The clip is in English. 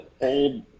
old